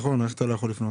איך אתה לא יכול לפנות?